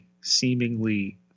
seemingly